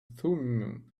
thummim